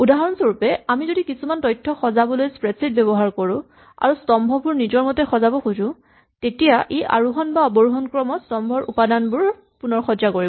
উদাহৰণস্বৰূপে আমি যদি কিছুমান তথ্য সজাবলৈ স্প্ৰেডচিট ব্যৱহাৰ কৰো আৰু স্তম্ভবোৰ নিজৰ মতে সজাব খোজো তেতিয়া ই আৰোহন বা অৱৰোহন ক্ৰমত স্তম্ভৰ উপাদানবোৰৰ পুণঃসজ্জা কৰিব